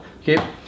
Okay